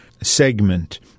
segment